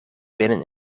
binnen